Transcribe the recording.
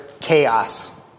chaos